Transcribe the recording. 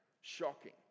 shocking